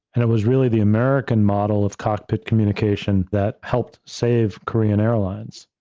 and it was really the american model of cockpit communication that helped save korean airlines.